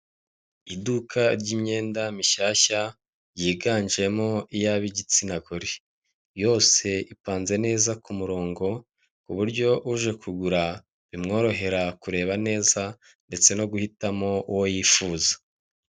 Iduka ry'imyenda mishyashya yiganjemo iy'abigitsina gore, yose ipanze neza ku murongo ku buryo uje kugura bimworohera kureba neza ndetse no guhitamo uwo yifuza.